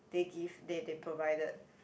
they give they they provided